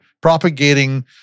Propagating